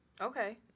okay